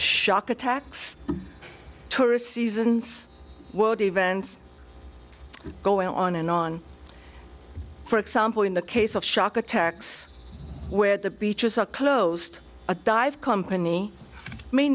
shark attacks tourist seasons world events going on and on for example in the case of shark attacks where the beaches are closed a dive company may